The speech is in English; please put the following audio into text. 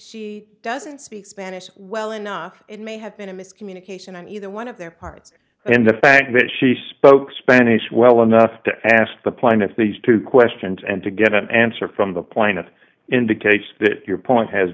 she doesn't speak spanish well enough it may have been a miscommunication on either one of their part and the fact that she spoke spanish well enough to ask the plaintiff these two questions and to get an answer from the plaintiff in the case that your point has